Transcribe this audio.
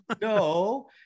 No